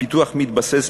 הפיתוח מתבסס,